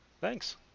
thanks